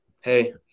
hey